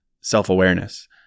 self-awareness